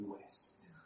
West